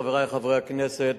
חברי חברי הכנסת,